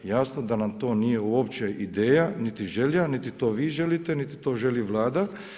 Jasno da nam to nije uopće ideja niti želja, niti to vi želite niti to želi vlada.